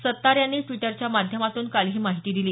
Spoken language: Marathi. सत्तार यांनी द्विटरच्या माध्यमातून काल ही माहिती दिली